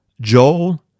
Joel